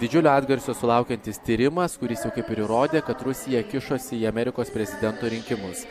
didžiulio atgarsio sulaukiantis tyrimas kuris kaip ir įrodė kad rusija kišosi į amerikos prezidento rinkimus